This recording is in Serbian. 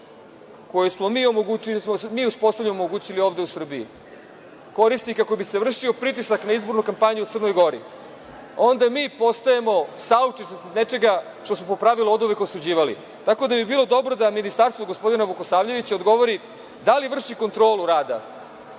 koju smo mi uspostavili i omogućili ovde u Srbiji, koristi kako bi se vršio pritisak na izbornu kampanju u Crnoj Gori, onda mi postajemo saučesnici nečega što smo po pravilu oduvek osuđivali, tako da bi bilo dobro da ministarstvo gospodina Vukosavljevića odgovori da li vrši kontrolu rada